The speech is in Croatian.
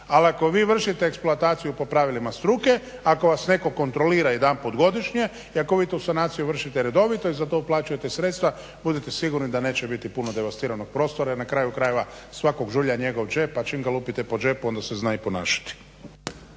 Ali ako vi vršite eksploataciju po pravilima struke, ako vas netko kontrolira jedanput godišnje i ako vi tu sanaciju vršite redovito i za to uplaćujete sredstva budite sigurni da neće biti puno devastiranog prostora. Jer na kraju krajeva svakog žulja njegov džep, pa čim ga lupite po džepu onda se zna i ponašati.